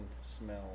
smell